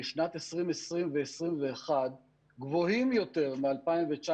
בשנת 2020 ו-2021 גבוהים יותר מ-2019,